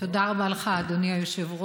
תודה רבה לך, אדוני היושב-ראש.